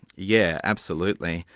yeah absolutely.